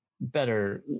better